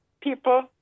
people